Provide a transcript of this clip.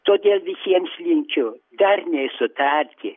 todėl visiems linkiu darniai sutarti